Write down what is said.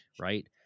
right